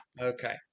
okay